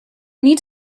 need